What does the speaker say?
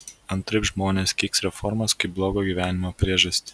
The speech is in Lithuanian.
antraip žmonės keiks reformas kaip blogo gyvenimo priežastį